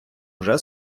вже